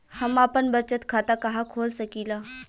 हम आपन बचत खाता कहा खोल सकीला?